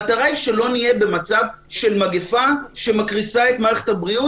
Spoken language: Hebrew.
המטרה היא שלא נהיה במצב של מגפה שמקריסה את מערכת הבריאות.